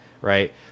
right